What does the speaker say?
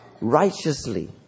righteously